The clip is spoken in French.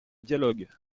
dialogue